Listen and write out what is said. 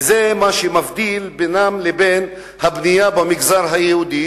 וזה מה שמבדיל בינם לבין הבנייה במגזר היהודי,